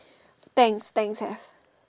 Tangs Tangs have